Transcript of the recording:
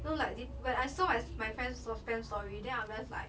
no like this when I saw my my friend's instagram story then I'm just like